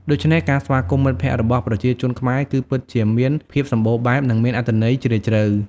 ដូច្នេះ ការស្វាគមន៍មិត្តភក្តិរបស់ប្រជាជនខ្មែរគឺពិតជាមានភាពសម្បូរបែបនិងមានអត្ថន័យជ្រាលជ្រៅ។